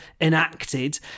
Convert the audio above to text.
enacted